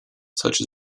such